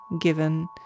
given